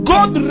God